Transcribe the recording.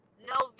november